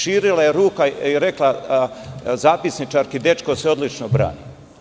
Širila je ruke i rekla zapisničarki – dečko se odlično brani.